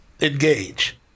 engage